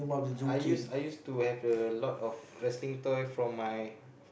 I used I used to have a lot of wrestling toy from my